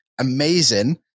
amazing